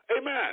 amen